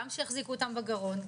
גם שיחזיקו אותם בגרון,